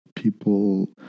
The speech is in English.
People